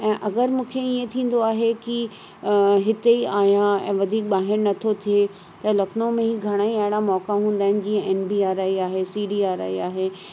ऐं अगरि मूंखे ईअं थींदो आहे की हिते ई आहियां वधीक ॿाहिरि नथो थिए त लखनऊ में ई घणई अहिड़ा मौका हूंदा आहिनि जीअं एन बी आर आई आहे सी डी आर आई आहे